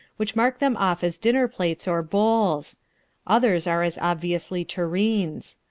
which mark them off as dinner plates or bowls others are as obviously tureens.